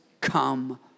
Come